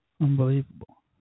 Unbelievable